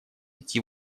идти